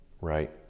right